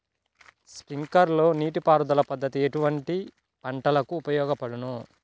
Sprinkler నీటిపారుదల పద్దతి ఎటువంటి పంటలకు ఉపయోగపడును?